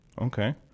Okay